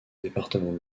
département